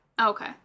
Okay